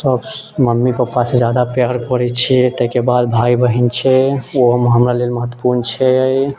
सब mummy papa से जादा प्यार करैत छियै ताहिके बाद भाइ बहिन छै ओहो हमरा लेल महत्वपूर्ण छै